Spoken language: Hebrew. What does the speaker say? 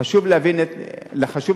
חשוב להבין את המספרים.